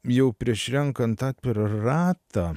jau prieš renkant tą ratą